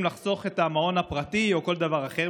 לחסוך את המעון הפרטי או כל דבר אחר,